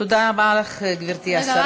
תודה רבה לך, גברתי השרה.